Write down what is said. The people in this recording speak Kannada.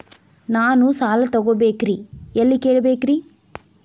ನಾನು ಸಾಲ ತೊಗೋಬೇಕ್ರಿ ಎಲ್ಲ ಕೇಳಬೇಕ್ರಿ?